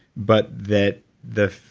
but that the.